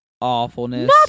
awfulness